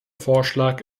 vorschlag